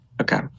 Okay